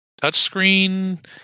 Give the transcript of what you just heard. touchscreen